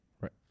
Right